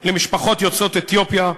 למשפחות יוצאות אתיופיה.